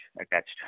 attached